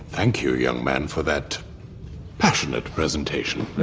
thank you, young man, for that passionate presentation,